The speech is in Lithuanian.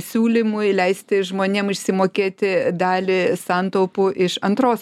siūlymui leisti žmonėm išsimokėti dalį santaupų iš antros